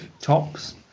tops